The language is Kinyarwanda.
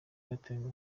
gatenga